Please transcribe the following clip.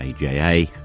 AJA